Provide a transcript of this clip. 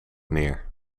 neer